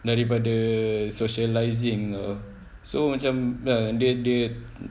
daripada socialising ah so macam dia dia